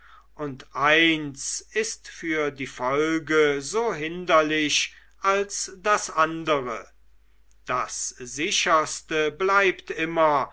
und eins ist für die folge so hinderlich als das andere das sicherste bleibt immer